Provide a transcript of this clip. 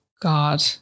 God